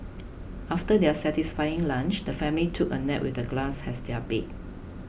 after their satisfying lunch the family took a nap with the grass as their bed